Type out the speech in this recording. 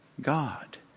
God